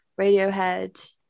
radiohead